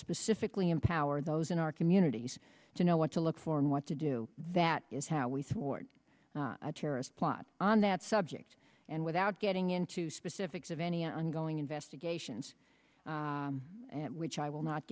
specifically empower those in our communities to know what to look for and what to do that is how we thwart a terrorist plot on that subject and without getting into specifics of any ongoing investigations which i will not